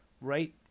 right